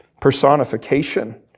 personification